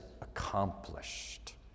accomplished